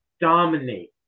dominate